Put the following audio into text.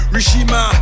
Rishima